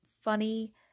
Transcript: funny